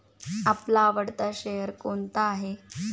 आपला आवडता शेअर कोणता आहे?